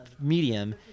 medium